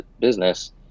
business